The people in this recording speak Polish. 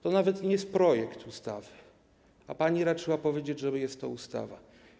To nawet nie jest projekt ustawy, a pani raczyła powiedzieć, że jest to ustawa.